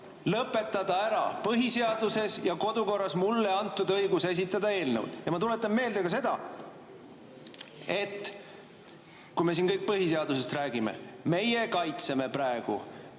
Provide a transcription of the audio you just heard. lõpetada ära põhiseaduses ja kodukorras mulle antud õigus esitada eelnõu. Ja ma tuletan meelde ka seda, et kui me siin kõik põhiseadusest räägime, siis meie kaitseme praegu